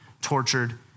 tortured